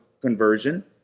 conversion